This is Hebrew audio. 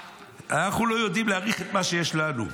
אנחנו לא יודעים להעריך את מה שיש לנו.